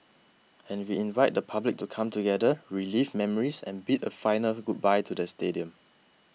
and we invite the public to come together relive memories and bid a final goodbye to the stadium